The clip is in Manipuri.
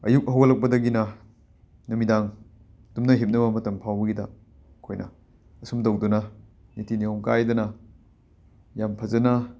ꯑꯌꯨꯛ ꯍꯧꯒꯠꯂꯛꯄꯗꯒꯤꯅ ꯅꯨꯃꯤꯗꯥꯡ ꯇꯨꯝꯅ ꯍꯤꯞꯅꯕ ꯃꯇꯝ ꯐꯥꯎꯕꯒꯤꯗ ꯑꯩꯈꯣꯏꯅ ꯑꯁꯨꯝ ꯇꯧꯗꯨꯅ ꯅꯤꯇꯤ ꯅꯤꯌꯣꯝ ꯀꯥꯏꯗꯅ ꯌꯥꯝꯅ ꯐꯖꯅ